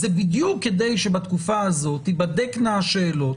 זה בדיוק כדי שבתקופה הזאת תיבדקנה השאלות,